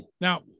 Now